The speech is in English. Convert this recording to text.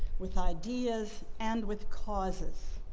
with ideas, and with causes.